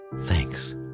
thanks